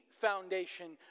foundation